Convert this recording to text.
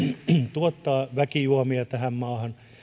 tuottaa väkijuomia tähän maahan